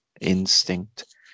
instinct